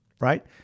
right